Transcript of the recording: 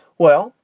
well,